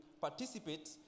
participate